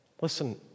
Listen